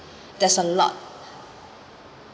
there's a lot